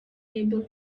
able